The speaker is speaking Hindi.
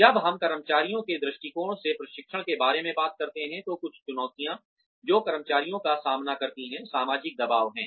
जब हम कर्मचारियों के दृष्टिकोण से प्रशिक्षण के बारे में बात करते हैं तो कुछ चुनौतियाँ जो कर्मचारियों का सामना करती हैं सामाजिक दबाव हैं